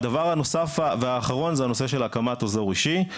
והדבר הנוסף והאחרון זה הנושא של הקמת אזור אישי.